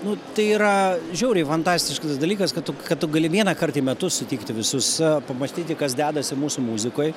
nu tai yra žiauriai fantastiškas dalykas kad tu kad tu gali vienąkart į metus sutikti visus pamąstyti kas dedasi mūsų muzikoj